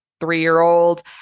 three-year-old